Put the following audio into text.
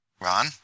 Ron